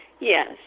Yes